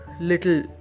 little